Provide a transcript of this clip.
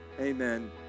Amen